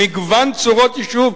מגוון צורות יישוב.